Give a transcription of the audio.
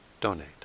donate